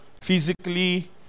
physically